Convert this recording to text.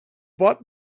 bought